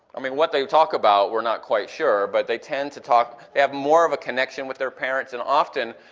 i mean, what they talk about we're not quite sure but they tend to talk, they have more of a connection with their parents and often,